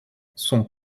son